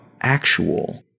actual